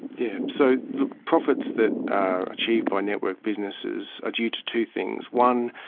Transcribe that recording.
yeah, so look, profits that are achieved by network businesses are due to two things. one,